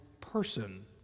person